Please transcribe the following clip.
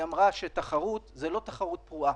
היא אמרה שתחרות היא לא תחרות פרועה,